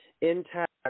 intact